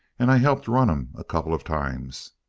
and i helped run em a couple of times.